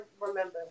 remember